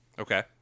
Okay